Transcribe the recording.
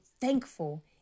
thankful